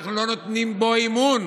אנחנו לא נותנים בו אמון,